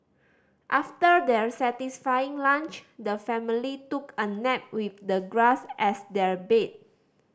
after their satisfying lunch the family took a nap with the grass as their bed